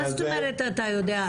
מה זאת אומרת אתה יודע?